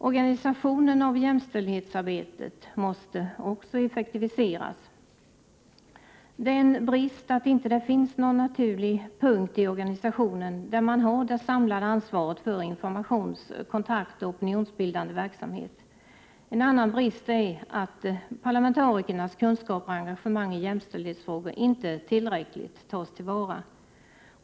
Organisationen av jämställdhetsarbetet måste också effektiviseras. Det är en brist att det inte finns någon naturlig punkt i organisationen där man har det samlade ansvaret för informations-, kontaktoch opinionsbildningsverksamhet. En annan brist är att parlamentarikernas kunskaper och engagemang i jämställdhetsfrågor inte tillräckligt tas till vara.